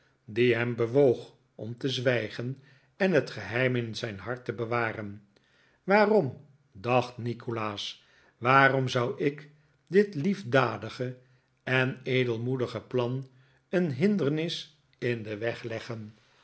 die hem bewoog om te zwijgen en het geheim in zijn hart te bewaren waarom dacht nikolaas waarom zou ik dit liefdadige en edelmoedige plan een hindernis in den weg leggen